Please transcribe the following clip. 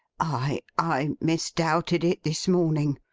i i misdoubted it this morning.